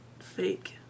fake